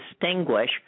distinguish